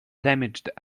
damaged